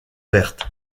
verte